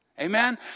Amen